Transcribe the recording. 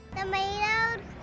Tomatoes